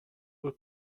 were